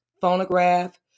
phonograph